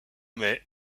mai